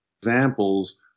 examples